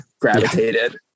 gravitated